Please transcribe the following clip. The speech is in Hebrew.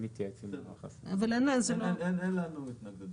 אין לנו התנגדות.